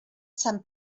san